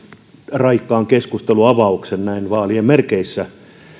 raikkaan keskustelunavauksen näin vaalien merkeissä